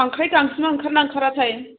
खांख्राइ जामिनआ ओंखारोना ओंखाराथाय